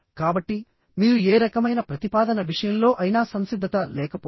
కాబట్టి మీరు ఏ రకమైన ప్రతిపాదన విషయంలో అయినా సంసిద్ధత లేకపోవడం